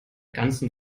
ganzen